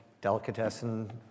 delicatessen